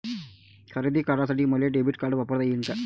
खरेदी करासाठी मले डेबिट कार्ड वापरता येईन का?